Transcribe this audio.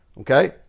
okay